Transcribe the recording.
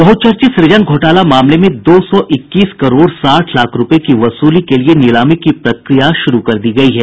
बहुचर्चित सृजन घोटाला मामले में दो सौ इक्कीस करोड़ साठ लाख रूपये की वसूली के लिये नीलामी की प्रक्रिया शुरू कर दी गयी है